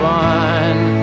one